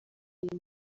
iyi